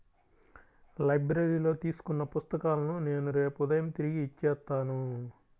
లైబ్రరీలో తీసుకున్న పుస్తకాలను నేను రేపు ఉదయం తిరిగి ఇచ్చేత్తాను